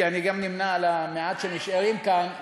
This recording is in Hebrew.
כי אני גם נמנה עם המעט שנשארים כאן,